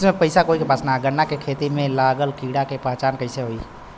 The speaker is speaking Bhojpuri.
गन्ना के खेती में लागल कीड़ा के पहचान कैसे होयी?